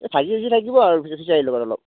এ ভাজি চাজি থাকিব আৰু পিছে খিচাৰীৰ লগত অলপ